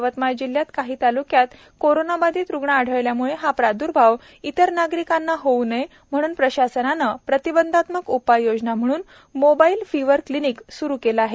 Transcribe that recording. यवतमाळ जिल्ह्यातील काही तालुक्यात कोरोनाबाधित रुग्ण आढळल्यामुळे हा प्राद्र्भाव इतर नागरिकांना होऊ नये म्हणून प्रशासनाने प्रतिबंधात्मक उपाययोजना म्हणून मोबाईल फिवर क्लिनीक सुरू करण्यात आले आहे